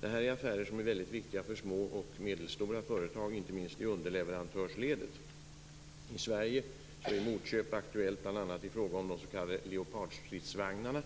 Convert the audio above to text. Detta är affärer som är viktiga för små och medelstora företag, inte minst i underleverantörsledet. I Sverige är motköp aktuellt i fråga om bl.a. de s.k. Leopardstridsvagnarna.